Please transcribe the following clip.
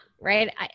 right